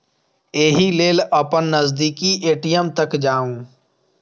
एहि लेल अपन नजदीकी ए.टी.एम तक जाउ